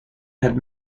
had